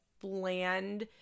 bland